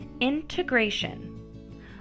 Integration